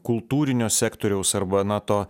kultūrinio sektoriaus arba na to